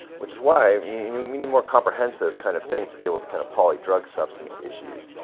which is why i mean and you i mean need more comprehensive kind of things to deal with kind of poly drug substance issues,